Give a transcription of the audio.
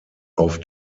auf